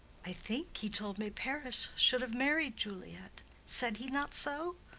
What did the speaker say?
i think he told me paris should have married juliet. said he not so?